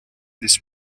this